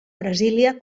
brasília